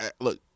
Look